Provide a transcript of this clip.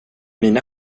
mina